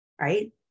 right